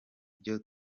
byo